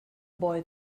boy